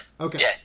Okay